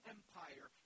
Empire